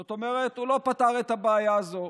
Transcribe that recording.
זאת אומרת הוא לא פתר את הבעיה הזו,